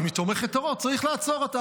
אם היא תומכת טרור צריך לעצור אותה.